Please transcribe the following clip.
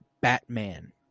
Batman